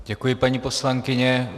Děkuji, paní poslankyně.